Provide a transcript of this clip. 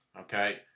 Okay